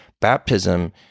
Baptism